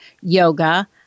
yoga